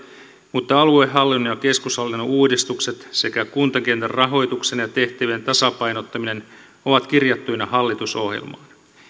mutta aluehallinnon ja keskushallinnon uudistukset sekä kuntakentän rahoituksen ja tehtävien tasapainottaminen ovat kirjattuina hallitusohjelmaan